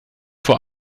vor